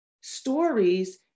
stories